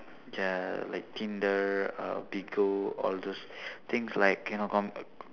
ya like tinder uh bigo all those things like you know com~